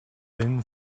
thin